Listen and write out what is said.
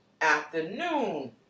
afternoon